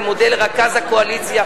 אני מודה לרכז הקואליציה,